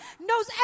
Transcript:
knows